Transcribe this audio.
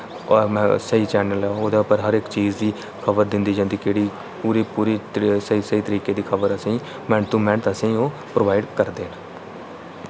स्हेई चैनल ऐ ओह् ओह्दे उप्पर हर इक चीज दी खबर दिंदी जंदी केह्ड़ी पूरी पूरी स्हेई स्हेई तरीके दी खबर असें मैंट टू मैंट असें ओ प्रोवाइड करदे न